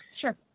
Sure